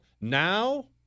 Now